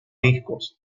discos